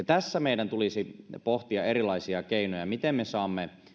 tässä meidän tulisi pohtia erilaisia keinoja miten me saamme